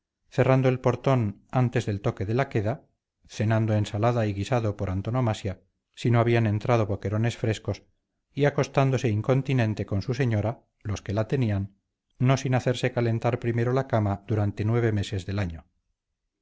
cerrando el portón antes del toque de la queda cenando ensalada y guisado por antonomasia si no habían entrado boquerones frescos y acostándose incontinenti con su señora no sin hacerse calentar primero la cama durante nueves meses del año